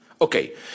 Okay